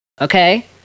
Okay